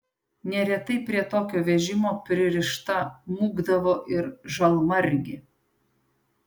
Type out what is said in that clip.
neretai prie tokio vežimo pririšta mūkdavo ir žalmargė